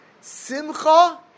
Simcha